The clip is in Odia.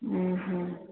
ଉଁ ହୁଁ